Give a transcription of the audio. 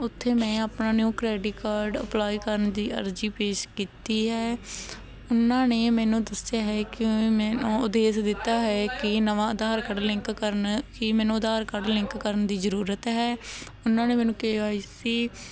ਉੱਥੇ ਮੈਂ ਆਪਣਾ ਨਿਊ ਕ੍ਰੈਡਿਟ ਕਾਰਡ ਅਪਲਾਈ ਕਰਨ ਦੀ ਅਰਜ਼ੀ ਪੇਸ਼ ਕੀਤੀ ਹੈ ਉਹਨਾਂ ਨੇ ਮੈਨੂੰ ਦੱਸਿਆ ਹੈ ਕਿ ਮੈਨੂੰ ਉਦੇਸ਼ ਦਿੱਤਾ ਹੈ ਕਿ ਨਵਾਂ ਆਧਾਰ ਕਾਰਡ ਲਿੰਕ ਕਰਨਾ ਕਿ ਮੈਨੂੰ ਆਧਾਰ ਕਾਰਡ ਲਿੰਕ ਕਰਨ ਦੀ ਜ਼ਰੂਰਤ ਹੈ ਉਹਨਾਂ ਨੇ ਮੈਨੂੰ ਕੇ ਆਈ ਸੀ